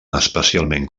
especialment